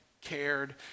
cared